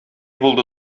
булды